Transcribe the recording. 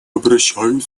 обращают